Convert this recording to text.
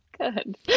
Good